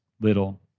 little